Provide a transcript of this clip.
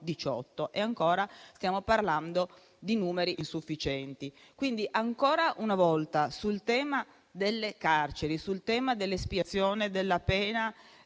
18, e stiamo parlando ancora di numeri insufficienti. Quindi, ancora una volta, sul tema delle carceri e dell'espiazione della pena